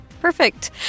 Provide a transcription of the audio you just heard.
perfect